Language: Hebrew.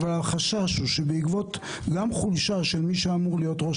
אבל החשש הוא שבעקבות גם חולשה של מי שאמור להיות ראש